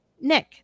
Nick